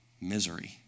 misery